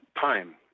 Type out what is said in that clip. time